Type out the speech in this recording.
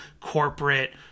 corporate